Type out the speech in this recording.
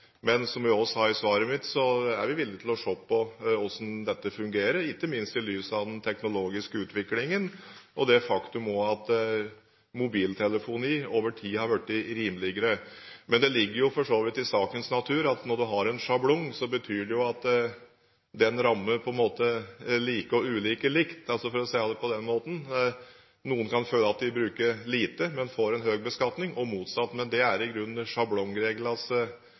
Men som jeg også sa i svaret mitt, er vi villig til å se på hvordan dette fungerer, ikke minst i lys av den teknologiske utviklingen og også det faktum at mobiltelefoni over tid har blitt rimeligere. Men det ligger for så vidt i sakens natur at når en har en sjablong, betyr det at den på en måte rammer like og ulike likt. For å si det på den måten: Noen kan føle at de bruker telefonen lite, men får en høy beskatning – og motsatt. Men det er i